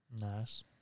Nice